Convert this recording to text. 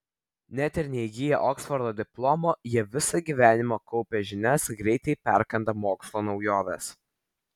net ir neįgiję oksfordo diplomo jie visą gyvenimą kaupia žinias greitai perkanda mokslo naujoves